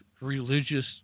religious